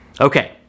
Okay